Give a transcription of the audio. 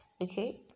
Okay